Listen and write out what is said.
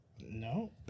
no